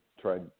tried